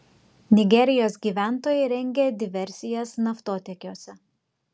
nigerijos gyventojai rengia diversijas naftotiekiuose